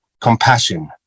compassion